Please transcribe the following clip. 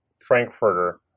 Frankfurter